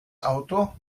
auto